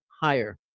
higher